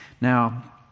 now